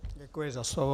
Děkuji za slovo.